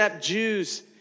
Jews